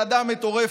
אהדה מטורפת.